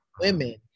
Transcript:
women